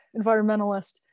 environmentalist